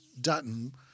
Dutton